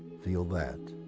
feel that,